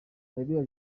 areruya